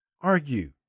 Argue